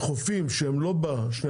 לגבי חופים שהם לא ב-12